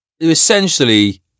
essentially